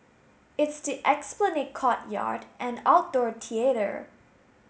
it's the Esplanade courtyard and outdoor